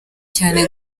cyane